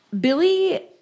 Billy